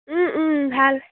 ভাল